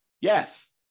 Yes